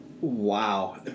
Wow